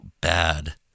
bad